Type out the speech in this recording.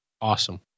Awesome